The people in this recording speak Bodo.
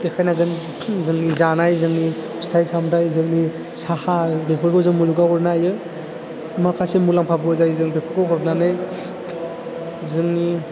देखाय नांगोन जोंनि जानाय जोंनि फिथाइ सामथाइ जोंनि साहा बेफोरखौ जों मुलुगाव हरनो हायो माखासे मुलाम्फाबो जायो जों बेफोरखौ हरनानै जोंनि